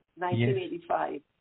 1985